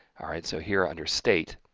all right, so here under state